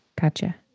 Gotcha